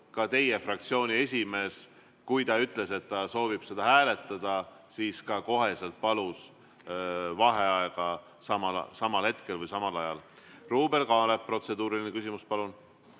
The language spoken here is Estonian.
Ruuben Kaalep, protseduuriline küsimus, palun!